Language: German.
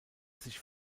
sich